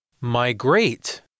Migrate